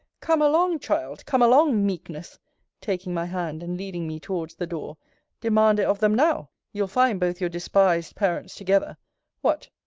come along, child! come along, meekness taking my hand, and leading me towards the door demand it of them now you'll find both your despised parents together what!